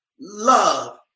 love